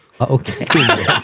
okay